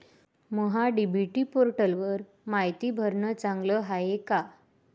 महा DBT पोर्टलवर मायती भरनं चांगलं हाये का?